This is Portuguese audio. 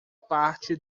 parte